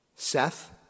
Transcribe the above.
Seth